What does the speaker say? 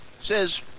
says